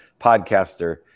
podcaster